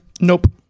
Nope